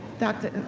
dr.